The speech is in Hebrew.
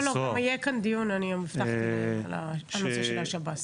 -- גם יהיה כאן דיון בנושא של השב"ס,